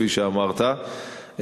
כפי שאמרת,